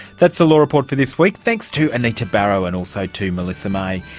that's the law report for this week. thanks to anita barraud and also to melissa may.